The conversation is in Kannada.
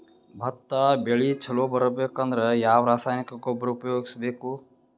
ಭತ್ತ ಬೆಳಿ ಚಲೋ ಬರಬೇಕು ಅಂದ್ರ ಯಾವ ರಾಸಾಯನಿಕ ಗೊಬ್ಬರ ಉಪಯೋಗಿಸ ಬೇಕು?